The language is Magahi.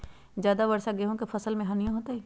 ज्यादा वर्षा गेंहू के फसल मे हानियों होतेई?